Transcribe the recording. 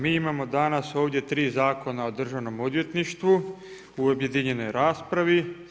Mi imamo danas ovdje tri zakona o Državnom odvjetništvu u objedinjenoj raspravi.